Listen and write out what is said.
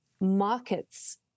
markets